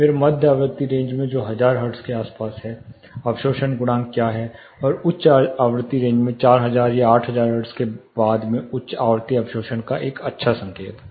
फिर मध्य आवृत्ति रेंज में जो हजार हर्ट्ज के आसपास है अवशोषण गुणांक क्या है और उच्च आवृत्ति रेंज में 4000 या 8000 हर्ट्ज के बाद मे उच्च आवृत्ति अवशोषण का एक अच्छा संकेतक है